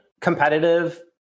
competitive